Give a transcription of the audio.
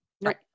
Right